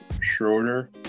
Schroeder